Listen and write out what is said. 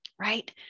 right